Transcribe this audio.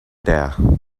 there